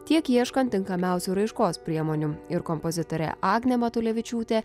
tiek ieškant tinkamiausių raiškos priemonių ir kompozitorė agnė matulevičiūtė